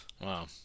Wow